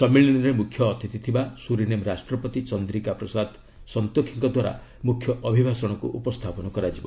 ସମ୍ମିଳନୀରେ ମ୍ରଖ୍ୟ ଅତିଥି ଥିବା ସୁରିନେମ୍ ରାଷ୍ଟ୍ରପତି ଚନ୍ଦ୍ରିକା ପ୍ରସାଦ ସନ୍ତୋଖିଙ୍କଦ୍ୱାରା ମୁଖ୍ୟ ଅଭିଭାଷଣକୁ ଉପସ୍ଥାପନ କରାଯିବ